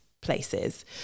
places